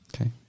okay